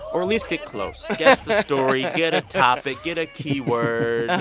or at least get close guess the story, get a topic, get a keyword.